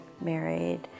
married